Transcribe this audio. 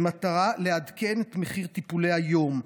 במטרה לעדכן את מחיר טיפולי היום.